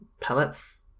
pellets